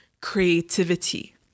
creativity